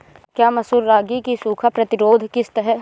क्या मसूर रागी की सूखा प्रतिरोध किश्त है?